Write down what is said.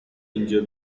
اینجا